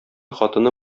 хатыны